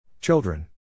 Children